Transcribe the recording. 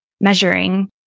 measuring